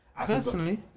Personally